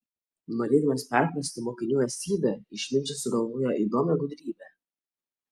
norėdamas perprasti mokinių esybę išminčius sugalvojo įdomią gudrybę